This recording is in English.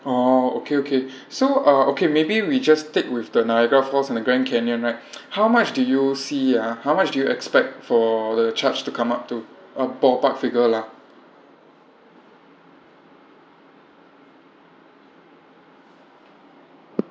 orh okay okay so uh okay maybe we just take with the niagara falls and the grand canyon right how much do you see ah how much do you expect for the charge to come up to a ballpark figure lah